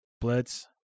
Blitz